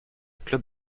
club